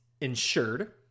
insured